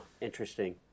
interesting